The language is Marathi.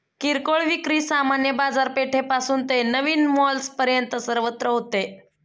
किरकोळ विक्री सामान्य बाजारपेठेपासून ते नवीन मॉल्सपर्यंत सर्वत्र होते